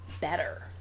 better